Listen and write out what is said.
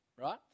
right